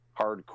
hardcore